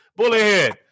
Bullethead